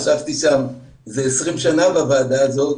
ישבתי 20 שנים בוועדה הזאת